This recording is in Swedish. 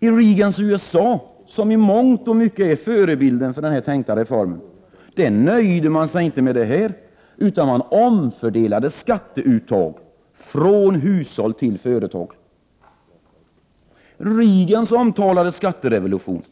I Reagans USA, som i mångt och mycket är förebilden för den tänkta reformen, nöjde man sig inte med detta, utan man omfördelade skatteuttag från hushåll till företag. Reagans omtalade skatterevolution